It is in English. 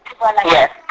Yes